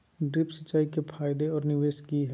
Drip सिंचाई के फायदे और निवेस कि हैय?